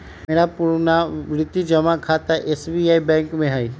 मेरा पुरनावृति जमा खता एस.बी.आई बैंक में हइ